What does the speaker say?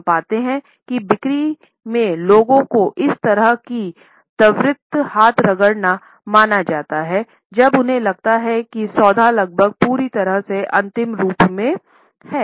हम पाते हैं कि बिक्री में लोगों को इस तरह से त्वरित हाथ रगड़ना माना जाता है जब उन्हें लगता है कि सौदा लगभग पूरी तरह से अंतिम रूप में है